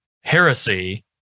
heresy